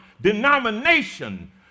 denomination